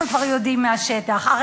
חברי חברי הכנסת,